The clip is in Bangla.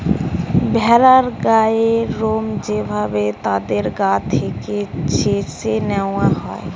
ভেড়ার গায়ের লোম যে ভাবে তাদের গা থেকে চেছে নেওয়া হয়